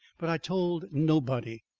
but i told nobody,